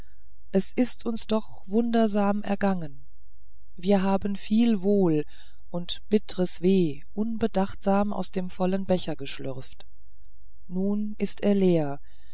es ist uns doch wundersam ergangen wir haben viel wohl und bitteres weh unbedachtsam aus dem vollen becher geschlürft nun ist er leer